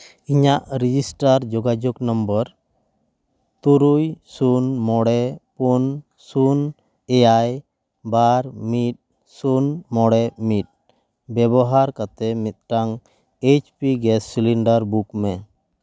ᱤᱧᱟᱹᱜ ᱨᱮᱡᱤᱥᱴᱟᱨ ᱡᱳᱜᱟᱡᱳᱜᱽ ᱱᱚᱢᱵᱚᱨ ᱛᱩᱨᱩᱭ ᱥᱩᱱ ᱢᱚᱬᱮ ᱯᱩᱱ ᱥᱩᱱ ᱮᱭᱟᱭ ᱵᱟᱨ ᱢᱤᱫ ᱥᱩᱱ ᱢᱚᱬᱮ ᱢᱤᱫ ᱵᱮᱵᱚᱦᱟᱨ ᱠᱟᱛᱮᱫ ᱢᱤᱫᱴᱟᱝ H P gas cylinder book ᱢᱮ